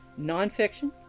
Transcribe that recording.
nonfiction